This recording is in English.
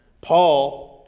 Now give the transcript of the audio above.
Paul